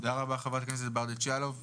תודה רבה לחברת הכנסת ברדץ' יאלוב,